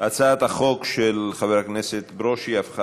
הצעת החוק של חבר הכנסת ברושי הפכה